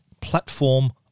platform